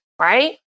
right